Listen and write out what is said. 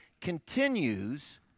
continues